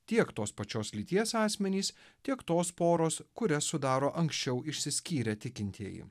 tiek tos pačios lyties asmenys tiek tos poros kurias sudaro anksčiau išsiskyrę tikintieji